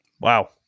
Wow